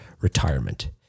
retirement